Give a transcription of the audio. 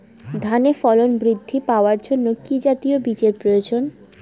ধানে ফলন বৃদ্ধি পাওয়ার জন্য কি জাতীয় বীজের প্রয়োজন?